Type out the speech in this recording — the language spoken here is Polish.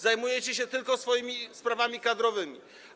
Zajmujecie się tylko swoimi sprawami kadrowymi.